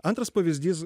antras pavyzdys